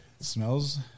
Smells